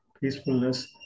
peacefulness